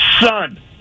son